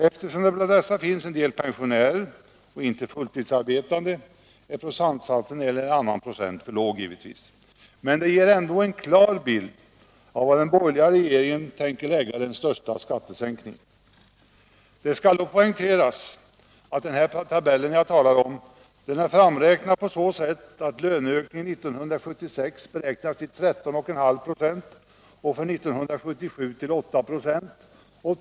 Eftersom det bland dessa finns en del pensionärer och inte fulltidsarbetande, är procentsatsen givetvis en eller annan procent för låg, men den ger ändå en klar bild av var den borgerliga regeringen tänker lägga den största skattesänkningen. Det skall då också poängteras att i tabellen löneökningen för 1976 beräknats till 13,5 96 och för 1977 till 8 96.